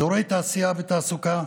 אזורי תעשייה ותעסוקה,